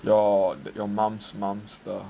your your mum's mum's 的